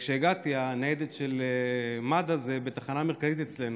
הגעתי, הניידת של מד"א זה בתחנה מרכזית אצלנו,